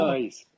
Nice